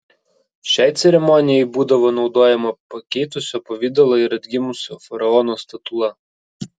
šiai ceremonijai būdavo naudojama pakeitusio pavidalą ir atgimusio faraono statula